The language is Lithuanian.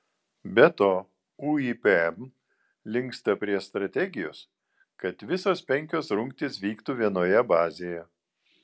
be to uipm linksta prie strategijos kad visos penkios rungtys vyktų vienoje bazėje